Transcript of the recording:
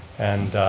and